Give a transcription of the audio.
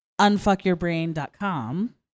unfuckyourbrain.com